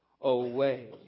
away